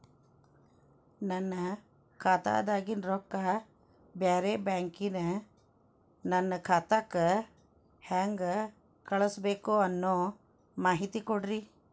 ನನ್ನ ಖಾತಾದಾಗಿನ ರೊಕ್ಕ ಬ್ಯಾರೆ ಬ್ಯಾಂಕಿನ ನನ್ನ ಖಾತೆಕ್ಕ ಹೆಂಗ್ ಕಳಸಬೇಕು ಅನ್ನೋ ಮಾಹಿತಿ ಕೊಡ್ರಿ?